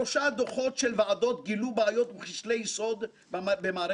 שלושה דוחות של ועדות גילו בעיות וכשלי יסוד במערכת